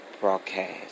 broadcast